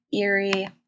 eerie